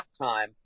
halftime